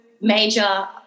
major